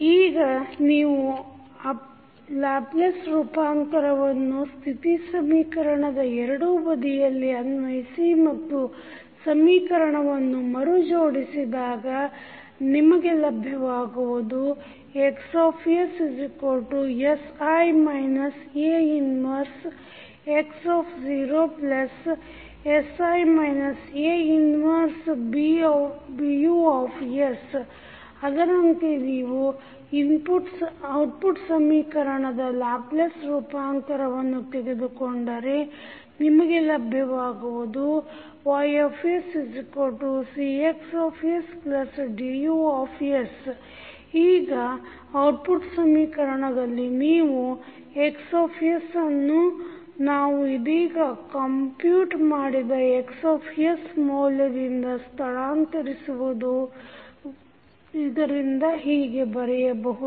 ಈಗ ನೀವು ಲ್ಯಾಪ್ಲೇಸ್ ರೂಪಾಂತರವನ್ನು ಸ್ಥಿತಿ ಸಮೀಕರಣದ ಎರಡೂ ಬದಿಯಲ್ಲಿ ಅನ್ವಯಿಸಿ ಮತ್ತು ಸಮೀಕರಣವನ್ನು ಮರುಜೋಡಿಸಿದಾಗ ನಿಮಗೆ ಲಭ್ಯವಾಗುವುದು XssI A 1x0 1BUs ಅದರಂತೆ ನೀವು ಔಟ್ಪುಟ್ ಸಮೀಕರಣದ ಲ್ಯಾಪ್ಲೇಸ್ ರೂಪಾಂತರವನ್ನು ತೆಗೆದುಕೊಂಡರೆ ನಿಮಗೆ ಲಭ್ಯವಾಗುವುದು YsCXsDUs ಈಗ ಔಟ್ಪುಟ್ ಸಮೀಕರಣದಲ್ಲಿ ನೀವು Xsಅನ್ನು ನಾವು ಇದೀಗ comput ಮಾಡಿದ Xs ಮೌಲ್ಯದಿಂದ ಸ್ಥಳಾಂತರಿಸುವುದರಿಂದ ಹೀಗೆ ಬರೆಯಬಹುದು